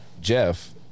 Jeff